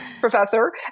professor